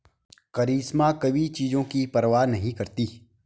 करिश्मा कभी चीजों की कीमत की परवाह नहीं करती